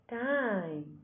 time